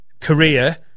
Korea